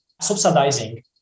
subsidizing